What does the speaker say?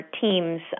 teams